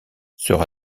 sera